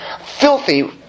filthy